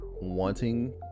wanting